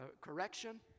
correction